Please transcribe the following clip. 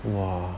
哇